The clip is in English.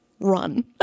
run